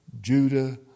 Judah